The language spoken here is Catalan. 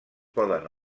poden